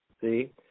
See